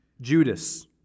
Judas